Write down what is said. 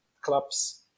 clubs